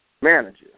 manager